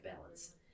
balance